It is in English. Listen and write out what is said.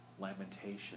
lamentation